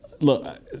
look